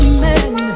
men